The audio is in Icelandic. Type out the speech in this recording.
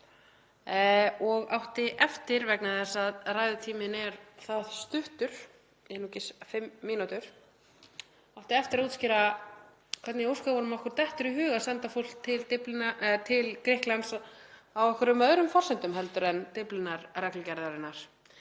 og átti eftir, vegna þess að ræðutíminn er það stuttur, einungis fimm mínútur, að útskýra hvernig í ósköpunum okkur dettur í hug að senda fólk til Grikklands á einhverjum öðrum forsendum en Dyflinnarreglugerðarinnar.